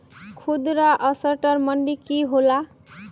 खुदरा असटर मंडी की होला?